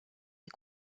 est